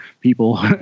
people